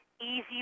easy